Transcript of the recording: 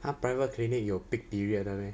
!huh! private clinic 有 peak period 的 meh